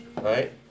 right